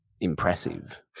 impressive